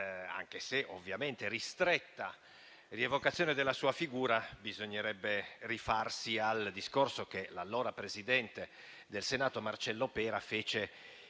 anche se ovviamente ristretta, rievocazione della sua figura, bisognerebbe rifarsi al discorso che l'allora Presidente del Senato, Marcello Pera, fece